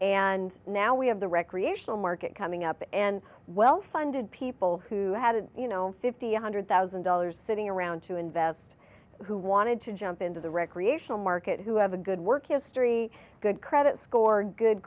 and now we have the recreational market coming up and well funded people who had you know fifty hundred thousand dollars sitting around to invest who wanted to jump into the recreational market who have a good work history good credit score good